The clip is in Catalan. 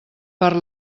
per